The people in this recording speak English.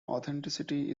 authenticity